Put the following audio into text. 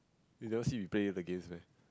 you never see we play the games meh